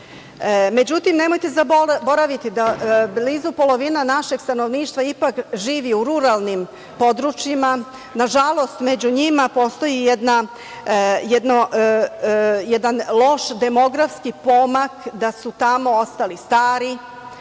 centrima.Međutim, nemojte zaboraviti da blizu polovina našeg stanovništva živi u ruralnim područjima. Nažalost, među njima postoji i jedan loš demografski pomak da su tamo ostali stari.